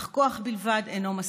אך כוח בלבד אינו מספיק.